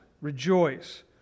rejoice